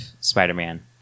Spider-Man